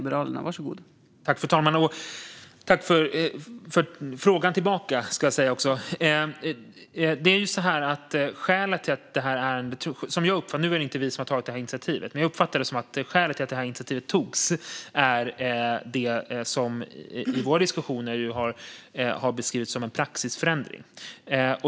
Fru talman! Tack tillbaka för frågan! Nu är det inte vi som tagit initiativet, men jag uppfattar det som att skälet till att det togs är det som i vår diskussion nu har beskrivits som en praxisförändring.